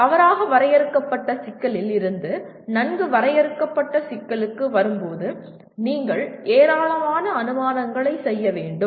நீங்கள் தவறாக வரையறுக்கப்பட்ட சிக்கலில் இருந்து நன்கு வரையறுக்கப்பட்ட சிக்கலுக்கு வரும் போது நீங்கள் ஏராளமான அனுமானங்களைச் செய்ய வேண்டும்